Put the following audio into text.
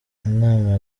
inama